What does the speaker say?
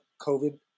COVID